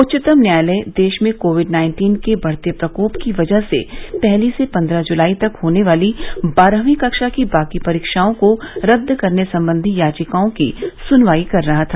उच्च्तम न्यायालय देश में कोविड नाइन्टीन के बढ़ते प्रकोप की वजह से पहली से पन्द्रह जुलाई तक होने वाली बारहवीं कक्षा की बाकी परीक्षाओं को रद्द करने संबंधी याचिकाओं की सुनवाई कर रहा था